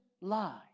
lie